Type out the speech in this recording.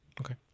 Okay